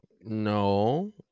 No